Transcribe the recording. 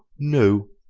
no,